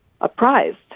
apprised